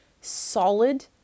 solid